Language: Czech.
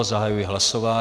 Zahajuji hlasování.